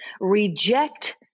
reject